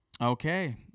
Okay